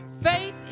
Faith